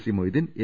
C Moideen A